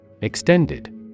Extended